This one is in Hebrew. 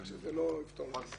כך שזה לא יפתור הרבה.